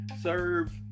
serve